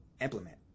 implement